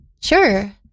sure